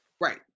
right